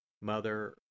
Mother